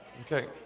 Okay